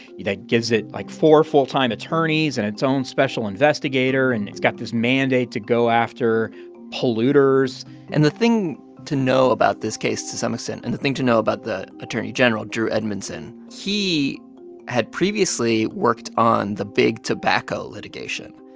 that gives it, like, four full-time attorneys and its own special investigator. and it's got this mandate to go after polluters and the thing to know about this case, to some extent, and the thing to know about the attorney general, drew edmondson he had previously worked on the big tobacco litigation.